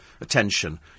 attention